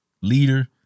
leader